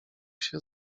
się